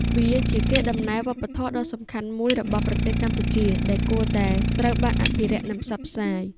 វាជាកេរដំណែលវប្បធម៌ដ៏សំខាន់មួយរបស់ប្រទេសកម្ពុជាដែលគួរតែត្រូវបានអភិរក្សនិងផ្សព្វផ្សាយ។